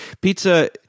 pizza